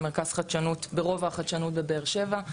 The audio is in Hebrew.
מרכז חדשנות ברובע החדשנות בבאר שבע.